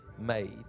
made